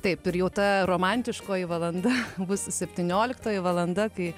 taip ir jau ta romantiškoji valanda bus septynioliktoji valanda kai